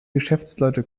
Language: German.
geschäftsleute